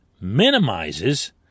minimizes